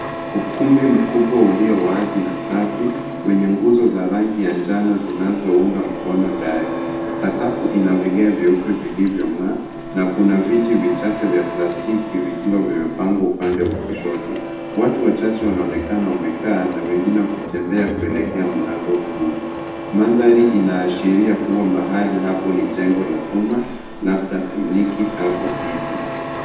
Ukumbi mkubwa ulio wazi na safi wenye nguzo za rangi ya njano zinazo unga mkono dari. Sakafu ina vigae vyeupe vilivyongaa na kuna viti vichache vya plastiki vikiwa vimepangwa upande wa kushoto. Watu wachache wanaonekana wamekaa na wengine wakitembea kuelekea mlango kuu mandhari inashiria kuwa mahali hapo ni jengo la umma labda kliniki au ofisi.